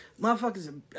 motherfuckers